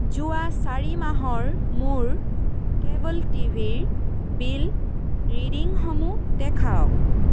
যোৱা চাৰি মাহৰ মোৰ কেব'ল টি ভিৰ বিল ৰিডিংসমূহ দেখাওক